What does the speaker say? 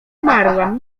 umarłam